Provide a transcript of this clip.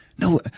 No